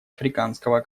африканского